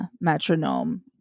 metronome